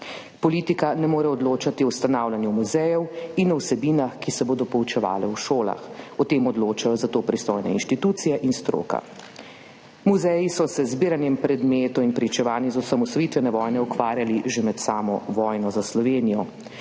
Politika ne more odločati o ustanavljanju muzejev in o vsebinah, ki se bodo poučevale v šolah. O tem odločajo za to pristojne inštitucije in stroka. Muzeji so se z zbiranjem predmetov in pričevanj iz osamosvojitvene vojne ukvarjali že med samo vojno za Slovenijo.